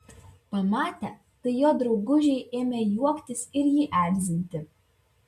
pamatę tai jo draugužiai ėmė juoktis ir jį erzinti